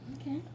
Okay